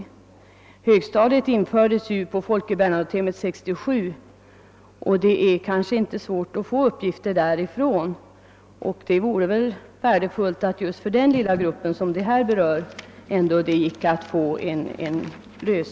Högstadiet infördes på Folke Bernadot 'tehemmet 1967, det är kanske inte svårt att få uppgifter därifrån, och det vore som sagt värdefullt med en snar lösning av frågan för den grupp elever det berör.